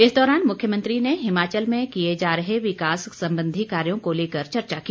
इस दौरान मुख्यमंत्री ने हिमाचल में किये जा रहे विकास सम्बंधी कार्यों को लेकर चर्चा की